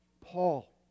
Paul